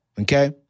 Okay